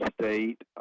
state